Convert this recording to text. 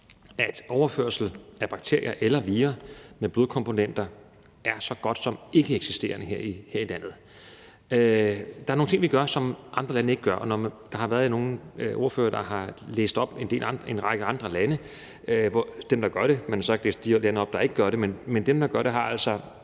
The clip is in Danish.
at overførsel af bakterier eller vira med blodkomponenter er så godt som ikkeeksisterende her i landet. Der er nogle ting, vi gør, og som andre lande ikke gør. Der har været nogle ordførere, der har læst en række andre lande op; man har læst dem, der gør det, op, men man har så ikke læst de lande op, der ikke gør det. Men de, der gør det, har altså